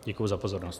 Děkuji za pozornost.